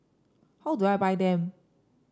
how do I buy them